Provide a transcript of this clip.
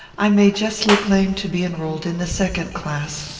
i may justly claim to be enrolled in the second class.